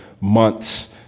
months